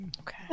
Okay